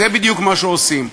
זה בדיוק מה שעושים.